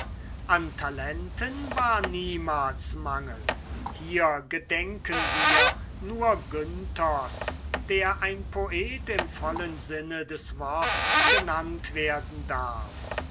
an talenten war niemals mangel hier gedenken wir nur günthers der ein poet im vollen sinne des worts genannt werden darf